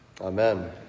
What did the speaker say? Amen